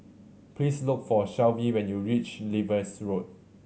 please look for Shelvie when you reach Lewis Road